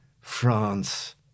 France